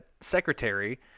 secretary